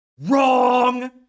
Wrong